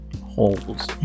Holes